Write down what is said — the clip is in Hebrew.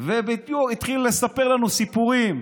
והתחיל לספר לנו סיפורים,